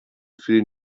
für